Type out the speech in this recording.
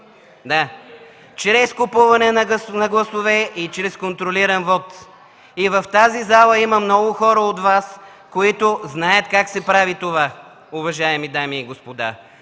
– чрез купуване на гласове и чрез контролиран вот! В тази зала има много хора от Вас, които знаят как се прави това, уважаеми дами и господа.